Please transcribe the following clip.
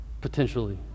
potentially